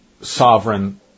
sovereign